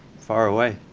fire away.